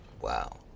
Wow